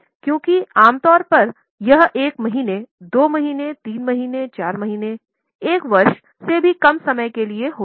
क्योंकि आम तौर पर यह एक महीने दो महीने तीन महीने चार महीने एक वर्ष से भी कम समय के लिए होता है